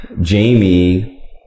Jamie